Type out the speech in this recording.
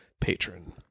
patron